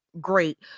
great